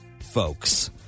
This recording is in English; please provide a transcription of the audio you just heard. folks